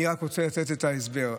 אני רק רוצה לתת את ההסבר,